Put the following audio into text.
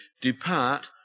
Depart